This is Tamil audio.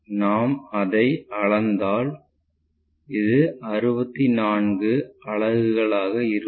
நாம் அதை அளந்தால் இது 64 அலகுகளாக இருக்கும்